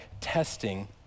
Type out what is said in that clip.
testing